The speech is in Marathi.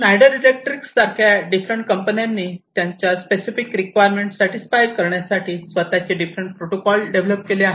स्नाईडर इलेक्ट्रिक सारख्या डिफरंट कंपन्यांनी त्यांच्या स्पेसिफिक रिक्वायरमेंट सॅटिसफाय करण्यासाठी स्वतःचे डिफरंट प्रोटोकॉल डेव्हलप केले आहे